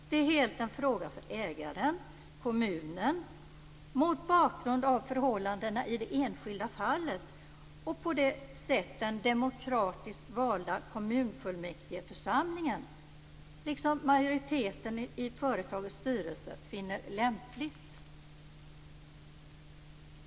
Det är helt en fråga för ägaren, kommunen, mot bakgrund av förhållandena i det enskilda fallet på det sätt som den demokratiskt valda kommunfullmäktigeförsamlingen, liksom majoriteten i företagets styrelse, finner lämpligt.